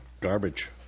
Garbage